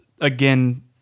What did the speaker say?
again